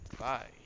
Bye